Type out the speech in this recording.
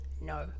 no